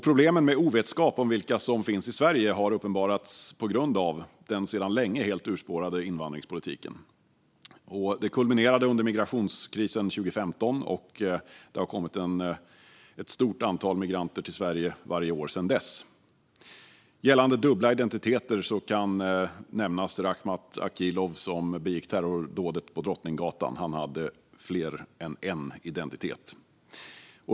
Problemen med ovetskap om vilka som finns i Sverige har uppenbarats på grund av den sedan länge helt urspårade invandringspolitiken. De kulminerade under migrationskrisen 2015, och det har kommit ett stort antal migranter till Sverige varje år sedan dess. När det gäller dubbla identiteter kan man nämna Rakhmat Akilov, som begick terrordådet på Drottninggatan. Han hade mer än en identitet.